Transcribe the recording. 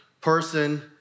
person